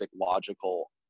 logical